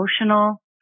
emotional